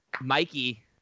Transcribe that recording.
Mikey